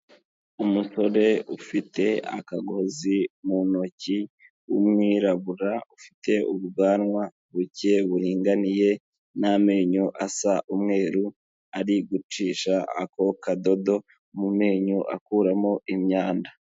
Umusore ufite akagozi mu ntoki w'umwirabura, ufite ubwanwa buke buringaniye, n'amenyo asa umweru ari gucisha ako kadodo, mu menyo akuramo imyanda.